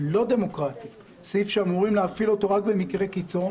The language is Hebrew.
לא דמוקרטי שאמורים להפעיל אותו רק במקרי קיצון,